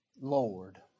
Lord